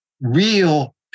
real